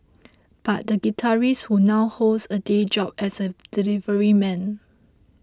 but the guitarist who now holds a day job as a delivery man